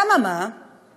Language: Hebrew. אממה, אממה.